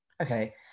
Okay